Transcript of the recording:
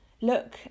Look